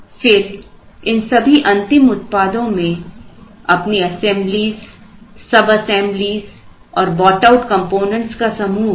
फिर इन सभी अंतिम उत्पादों में अपनी असेंबलीस सबअसेंबलीस और बोटआउट कॉम्पोनेंट्स का समूह होगा